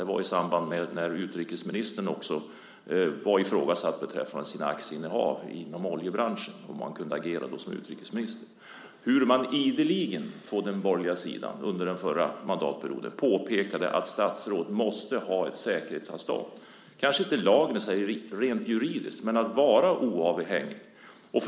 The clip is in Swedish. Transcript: Det var i samband med att utrikesministern också var ifrågasatt beträffande sina aktieinnehav inom oljebranschen och om han då kunde agera som utrikesminister. Jag måste erinra om hur man på den borgerliga sidan under förra mandatperioden ideligen påpekade att statsråd måste ha ett säkerhetsavstånd kanske inte i lag men rent juridiskt för att vara oavhängig.